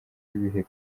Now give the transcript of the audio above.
ibihe